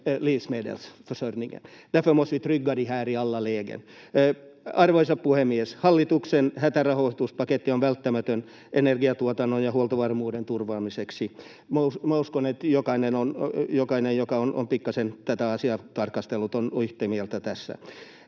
Arvoisa puhemies! Hallituksen hätärahoituspaketti on välttämätön energiatuotannon ja huoltovarmuuden turvaamiseksi. Minä uskon, että jokainen, joka on pikkasen tätä asiaa tarkastellut, on yhtä mieltä tästä.